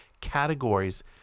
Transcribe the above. categories